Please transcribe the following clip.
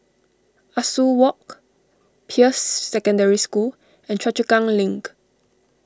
Ah Soo Walk Peirce Secondary School and Choa Chu Kang Link